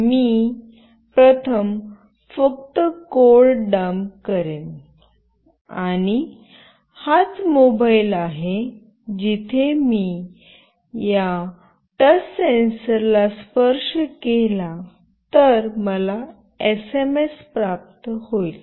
मी प्रथम फक्त code dump करेन आणि हाच मोबाइल आहे जिथे मी या टच सेन्सर ला स्पर्श केला तर मला एसएमएस प्राप्त होईल